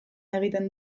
egiten